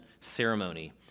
ceremony